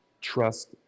trust